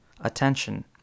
attention